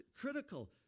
critical